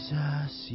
Jesus